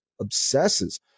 obsesses